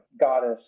goddess